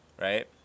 right